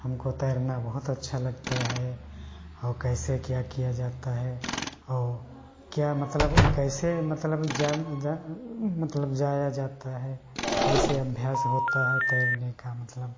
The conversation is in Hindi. हमको तैरना बहुत अच्छा लगता है और कैसे क्या किया जाता है और क्या मतलब कैसे मतलब मतलब जाया जाता है कैसे अभ्यास होता है तैरने का मतलब